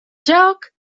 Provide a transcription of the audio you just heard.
joc